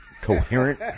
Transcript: coherent